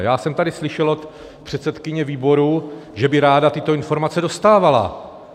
Já jsem tady slyšel od předsedkyně výboru, že by ráda tyto informace dostávala.